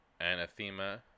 Anathema